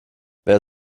wer